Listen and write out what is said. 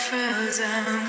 Frozen